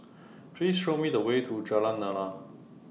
Please Show Me The Way to Jalan Lana